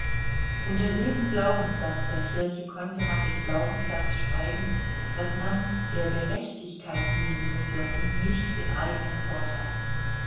unter jeden glaubenssatz der kirche konnte man den glaubenssatz schreiben daß man der gerechtigkeit dienen müsse und nicht dem eigenen vorteil